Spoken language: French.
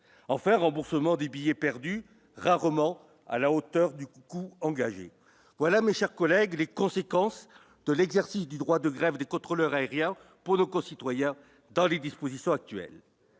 enfin, remboursement des billets perdus rarement à la hauteur du cou engagé voilà, mes chers collègues, les conséquences de l'exercice du droit de grève des contrôleurs aériens pour nos concitoyens dans les dispositions actuelles